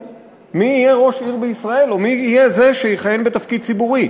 מי יהיה ראש עיר בישראל או מי יהיה זה שיכהן בתפקיד ציבורי,